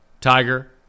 tiger